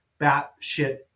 batshit